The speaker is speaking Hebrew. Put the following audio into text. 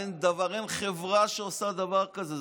אין חברה שעושה דבר כזה,